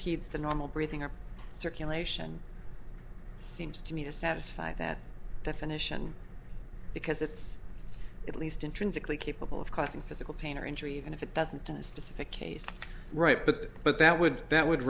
the normal breathing or circulation seems to me to satisfy that definition because it's at least intrinsically capable of causing physical pain or injury even if it doesn't specific case right but but that would that would